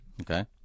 okay